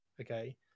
Okay